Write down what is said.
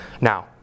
Now